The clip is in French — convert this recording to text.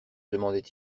demandait